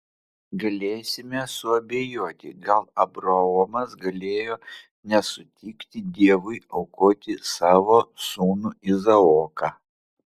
galėsime suabejoti gal abraomas galėjo nesutikti dievui aukoti savo sūnų izaoką